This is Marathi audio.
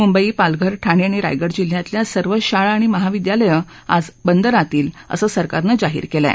मुंबई पालघर ठाणे आणि रायगड जिल्ह्यातल्या सर्व शाळा आणि महाविद्यालयं आज बंद राहतील असं सरकारनं जाहीर केलं आहे